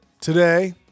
Today